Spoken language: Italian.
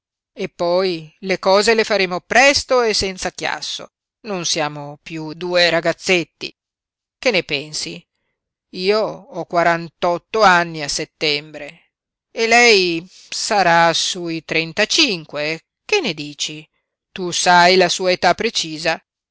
meglio eppoi le cose le faremo presto e senza chiasso non siamo piú due ragazzetti che ne pensi io ho quarantotto anni a settembre e lei sarà sui trentacinque che ne dici tu sai la sua età precisa